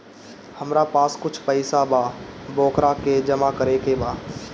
हमरा पास कुछ पईसा बा वोकरा के जमा करे के बा?